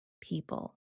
people